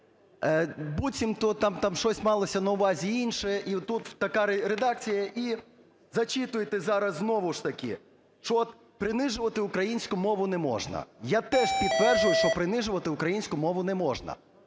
буцімто там щось малося на увазі інше, і тут така редакція, і зачитуєте зараз знову ж таки, що от принижувати українську мову не можна. Я теж підтверджую, що принижувати українську мову не можна.